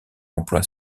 emploi